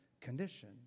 condition